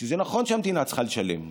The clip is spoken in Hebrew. שזה נכון שהמדינה צריכה לשלם,